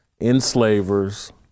Enslavers